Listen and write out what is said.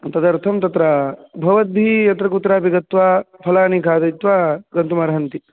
तदर्थं तत्र भवद्भिः यत्रकुत्रापि गत्वा फलानि खादित्वा गन्तुमर्हन्ति